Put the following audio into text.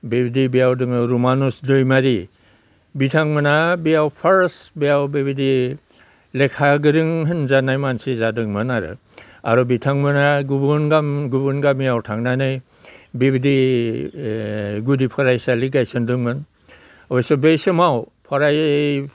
बेबायदि बेयाव दङ रमानुज दैमारि बिथांमोना बेयाव फार्स्ट बेयाव बेबायदि लेखा गोरों होनजानाय मानसि जादोंमोन आरो आरो बिथांमोना गुबुन गामि गुबुन गामियाव थांनानै बेबायदि गुदि फरायसालि गायसन्दोंमोन अबयस्से बे समाव फराय